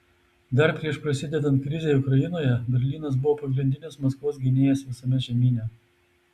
dar prieš prasidedant krizei ukrainoje berlynas buvo pagrindinis maskvos gynėjas visame žemyne